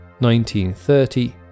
1930